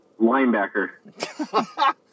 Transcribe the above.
Linebacker